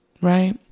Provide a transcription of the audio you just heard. right